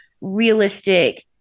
realistic